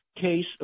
case